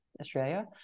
Australia